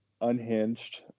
Unhinged